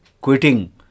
quitting